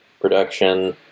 production